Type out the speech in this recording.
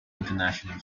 international